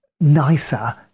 nicer